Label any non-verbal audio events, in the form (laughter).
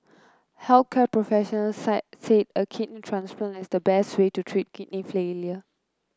health care professionals (unintelligible) said a kidney transplant is the best way to treat kidney failure